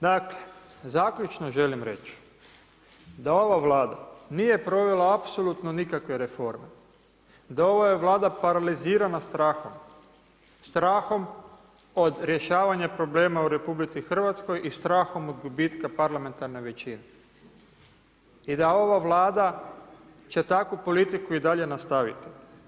Dakle zaključno želim reći da ova Vlada nije provela apsolutno nikakve reforme, da je ova Vlada paralizirana strahom, strahom od rješavanja problema u RH i strahom od gubitka parlamentarne većine i da ova Vlada će takvu politiku i dalje nastaviti.